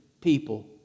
people